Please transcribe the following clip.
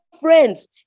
friends